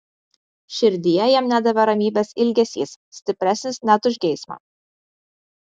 širdyje jam nedavė ramybės ilgesys stipresnis net už geismą